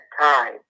time